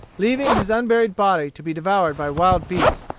leaving his unburied body to be devoured by wild beasts,